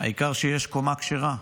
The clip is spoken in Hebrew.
העיקר שיש קומה כשרה.